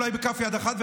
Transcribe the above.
אולי בכף יד אחת,